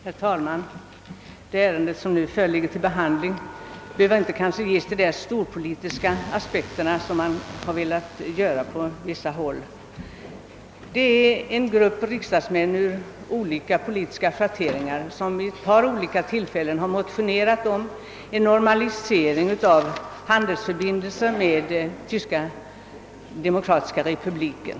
Herr talman! På det ärende som nu föreligger till behandling behöver vi kanske inte — som man på vissa håll velat göra — anlägga några storpolitiska aspekter. En grupp riksdagsmän av olika politiska schatteringar har vid ett par tillfällen motionerat om en normalisering av handelsförbindelserna med Tyska Demokratiska Republiken.